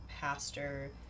pastor